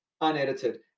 unedited